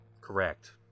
correct